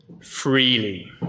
freely